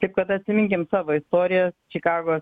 taip kad atsiminkim savo istoriją čikagos